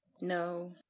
No